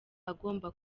agomba